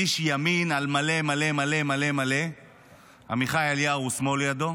איש ימין על מלא מלא, עמיחי אליהו הוא שמאל לידו,